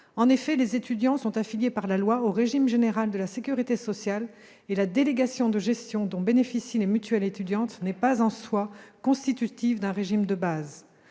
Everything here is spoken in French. En effet, les étudiants sont affiliés par la loi au régime général de la sécurité sociale et la délégation de gestion dont bénéficient les mutuelles étudiantes n'est pas, en soi, constitutive d'un régime de base.